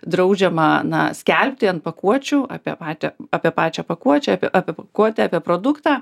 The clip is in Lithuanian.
draudžiama na skelbti ant pakuočių apie patį apie pačią pakuočių apie apie pakuotę apie produktą